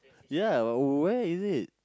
ya where is it